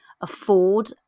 afford